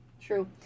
True